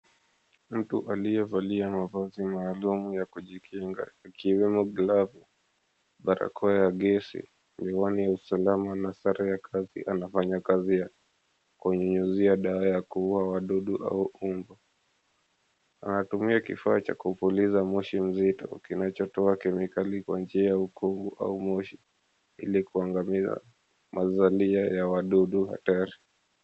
Mtu aliyevalia mavazi maalum ya kujikinga ikiwemo glavu, barakoa ya gesi, miwani usalama, na sare ya kazi, anafanya kazi yake kunyunyuzia dawa ya kuua wadudu au mbu. Anatumia kifaa cha kupuliza moshi mzito kinachotoa kemikali kwa njia ya ukungu au moshi, ili kuangamiza mazalia ya wadudu hatari.